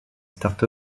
start